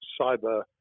cyber